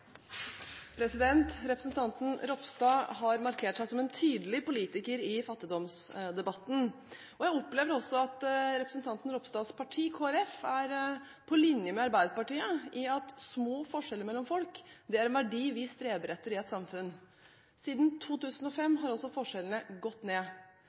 Representanten Ropstad har markert seg som en tydelig politiker i fattigdomsdebatten, og jeg opplever også at representanten Ropstads parti, Kristelig Folkeparti, er på linje med Arbeiderpartiet med hensyn til at små forskjeller mellom folk er en verdi vi streber etter i et samfunn. Siden 2005 har også forskjellene gått ned.